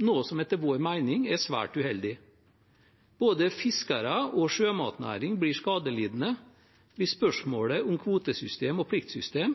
noe som etter vår mening er svært uheldig. Både fiskere og sjømatnæring blir skadelidende hvis spørsmålet om kvotesystem og pliktsystem